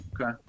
Okay